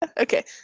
Okay